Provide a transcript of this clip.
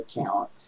account